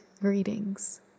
greetings